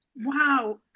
Wow